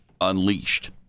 unleashed